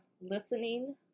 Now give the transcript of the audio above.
listening